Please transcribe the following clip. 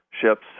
ships